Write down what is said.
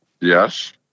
Yes